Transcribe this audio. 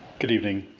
good evening,